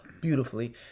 beautifully